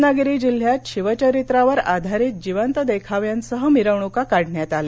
रत्नागिरी जिल्ह्यात शिवचरित्रावर आधारित जिवंत देखाव्यांसह मिरवणुका काढण्यात आल्या